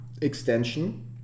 extension